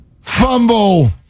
Fumble